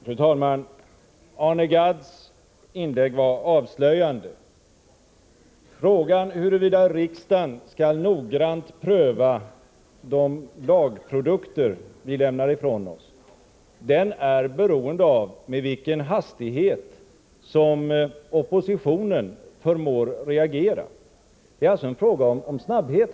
Fru talman! Arne Gadds inlägg var avslöjande. Frågan huruvida riksdagen skall noggrant pröva de lagprodukter som vi lämnar ifrån oss, är beroende av med vilken hastighet som oppositionen förmår reagera. Det är alltså en fråga om snabbhet.